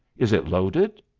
is it loaded?